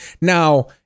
now